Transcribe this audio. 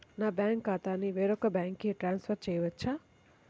నా బ్యాంక్ ఖాతాని వేరొక బ్యాంక్కి ట్రాన్స్ఫర్ చేయొచ్చా?